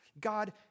God